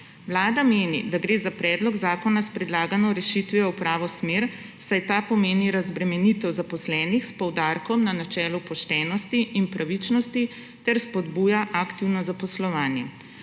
Vlada meni, da gre za predlog zakona s predlagano rešitvijo v pravo smer, saj ta pomeni razbremenitev zaposlenih s poudarkom na načelu poštenosti in pravičnosti ter spodbuja aktivno zaposlovanje.